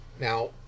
Now